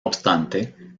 obstante